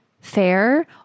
fair